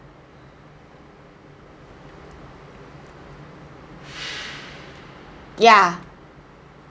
ya